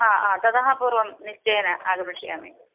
हा आ ततः पूर्वं निश्चयेन आगमिष्यामि